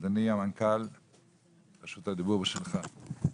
אדוני המנכ"ל, רשות הדיבור שלך.